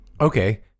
Okay